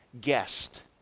guest